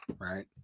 right